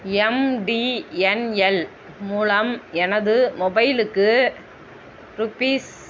MTNL மூலம் எனது மொபைலுக்கு ருபீஸ்